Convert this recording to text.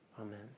Amen